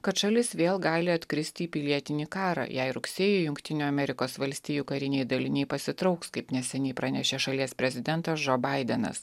kad šalis vėl gali atkristi į pilietinį karą jei rugsėjį jungtinių amerikos valstijų kariniai daliniai pasitrauks kaip neseniai pranešė šalies prezidentas džo baidenas